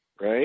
Right